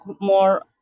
more